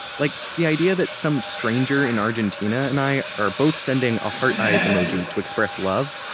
like the idea that some stranger in argentina and i are both sending a heart eyes emoji to express love,